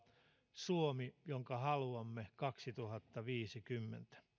suomi jonka haluamme kaksituhattaviisikymmentä